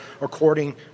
according